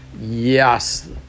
Yes